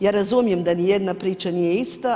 Ja razumijem da niti jedna priča nije ista.